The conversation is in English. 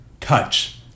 touch